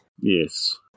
yes